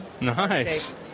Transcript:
nice